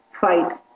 fight